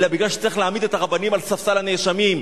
אלא מפני שצריך להעמיד את הרבנים על ספסל הנאשמים.